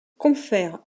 confère